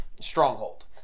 stronghold